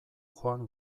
joan